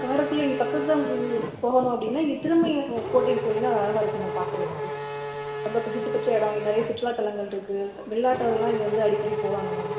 காரைக்குடில இங்கே பக்கத்தில் உங்களுக்கு போகணும் அப்படின்னா இங்கே திருமயம் கோட்டைக்கு போனீங்கன்னா அது அழகாக இருக்கும் மேம் பார்க்கறதுக்கு ரொம்ப பிரசித்தி பெற்ற இடம் இங்கே நிறைய சுற்றுலாத்தலங்கள் இருக்குது வெளிநாட்டவர்கள்லாம் இங்கே வந்து அடிக்கடி போவாங்க மேம்